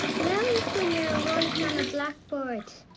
know when you're writing on a blackboard